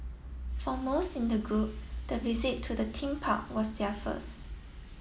for most in the group the visit to the theme park was their first